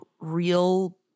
real